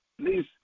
Please